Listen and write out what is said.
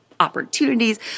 opportunities